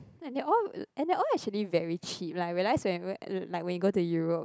and they all and they all actually very cheap like I realise when uh like when you go to Europe